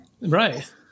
Right